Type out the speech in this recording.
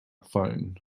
phone